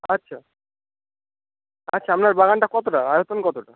আচ্ছা আচ্ছা আপনার বাগানটা কতটা আয়তন কতটা